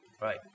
Right